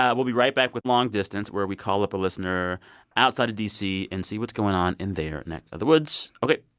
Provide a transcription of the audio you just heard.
ah we'll be right back with long distance, where we call up a listener outside of d c. and see what's going on in their neck of the woods. ok,